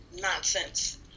nonsense